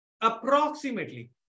approximately